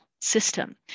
system